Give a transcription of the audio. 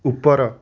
ଉପର